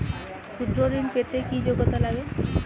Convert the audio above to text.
ক্ষুদ্র ঋণ পেতে কি যোগ্যতা লাগে?